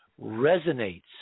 resonates